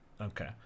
okay